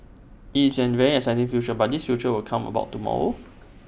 it's A very exciting future but this future will come about tomorrow